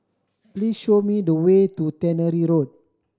please show me the way to Tannery Road